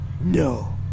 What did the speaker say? No